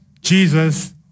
Jesus